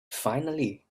finally